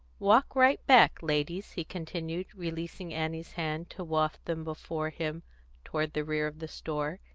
walk right back, ladies, he continued, releasing annie's hand to waft them before him toward the rear of the store.